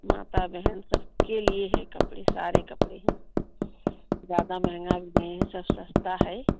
माता बहन सबके लिए है कपड़े सारे कपड़े हैं ज्यादा महंगा भी नहीं है सब सस्ता है